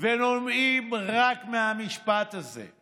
ונובעים רק מהמשפט הזה.